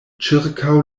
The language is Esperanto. ĉirkaŭ